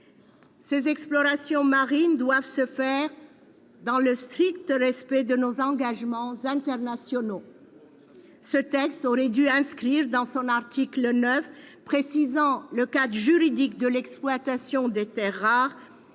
Les explorations marines doivent se faire dans le strict respect de nos engagements internationaux. À l'article 9 de ce texte, lequel précise le cadre juridique de l'exploitation des terres rares,